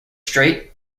strait